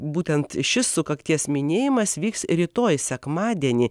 būtent šis sukakties minėjimas vyks rytoj sekmadienį